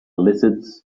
lizards